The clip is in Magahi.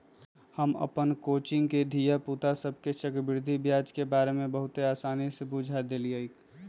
हम अप्पन कोचिंग के धिया पुता सभके चक्रवृद्धि ब्याज के बारे में बहुते आसानी से बुझा देइछियइ